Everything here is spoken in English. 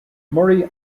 murray